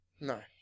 No